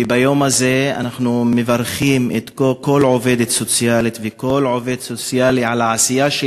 וביום הזה אנחנו מברכים כל עובדת סוציאלית וכל עובד סוציאלי על העשייה,